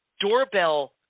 doorbell